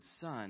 son